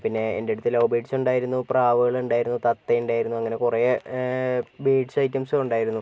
പിന്നേ എൻ്റെ അടുത്ത് ലൗ ബേഡ്സ് ഉണ്ടായിരുന്നു പ്രാവുകൾ ഉണ്ടായിരുന്നു തത്ത ഉണ്ടായിരുന്നു അങ്ങനെ കുറേ ബേഡ്സ് ഐറ്റംസും ഉണ്ടായിരുന്നു